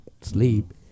sleep